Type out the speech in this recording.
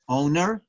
owner